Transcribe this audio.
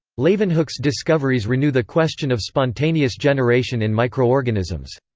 leeuwenhoek's discoveries renew the question of spontaneous generation in microorganisms.